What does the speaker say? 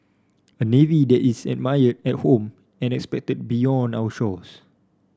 a navy that is admired at home and respected beyond our shores